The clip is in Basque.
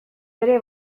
ere